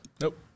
nope